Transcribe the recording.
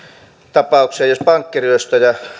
tapaukseen että jos pankkiryöstäjä